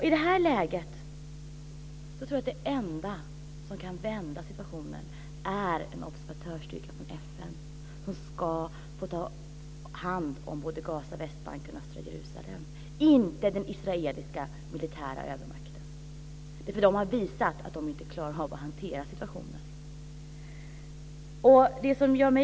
I det här läget är nog det enda som kan vända situationen en observatörsstyrka från FN, och inte den israeliska militära övermakten, som får ta hand om Gaza, Västbanken och östra Jerusalem. Israel har visat att man inte klarar av att hantera situationen.